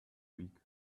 week